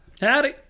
Howdy